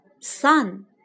Sun